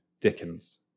Dickens